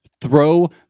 Throw